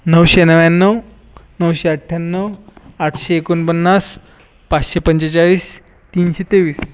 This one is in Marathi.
नऊशे नव्याण्णव नऊशे अठ्ठ्याण्णव आठशे एकोणपन्नास पाचशे पंचेचाळीस तीनशे तेवीस